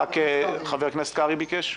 רק חבר הכנסת קרעי ביקש?